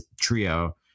trio